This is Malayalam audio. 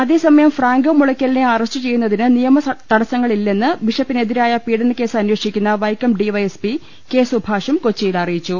അതേസമയം ഫ്രാങ്കോ മുളയ്ക്കലിനെ അറസ്റ്റുചെ യ്യുന്നതിന് നിയമതടസ്സങ്ങളിലെന്ന് ബിഷപ്പിനെതിരായ പീഡനക്കേസ് അന്വേഷിക്കുന്ന Vaikom D Y S P K സുഭാഷും കൊച്ചിയിൽ അറിയിച്ചു